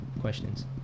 questions